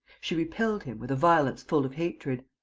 she repelled him, with a violence full of hatred.